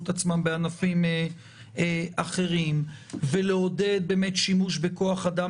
את עצמם בענפים אחרים ולעודד באמת שימוש בכוח אדם